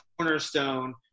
cornerstone